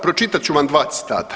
Pročitat ću vam dva citata.